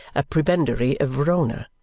a prebendary of verona,